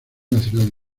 nacional